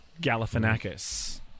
Galifianakis